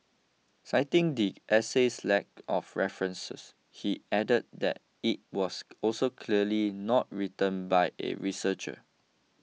citing the essay's lack of references he added that it was also clearly not written by a researcher